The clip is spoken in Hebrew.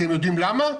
אתם יודעים למה?